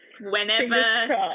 Whenever